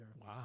Wow